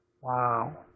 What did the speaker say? Wow